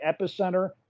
Epicenter